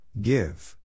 Give